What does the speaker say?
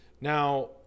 Now